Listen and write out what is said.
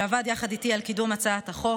שעבד יחד איתי על קידום הצעת החוק,